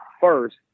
first